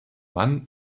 mann